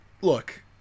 look